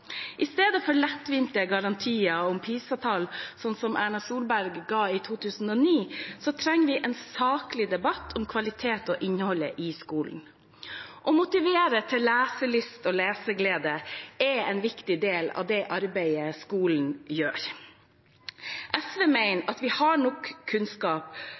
I stedet for lettvinte garantier om PISA-tall, sånn som Erna Solberg ga i 2009, trenger vi en saklig debatt om kvalitet og innhold i skolen. Å motivere til leselyst og leseglede er en viktig del av det arbeidet skolen gjør. SV mener at vi har nok kunnskap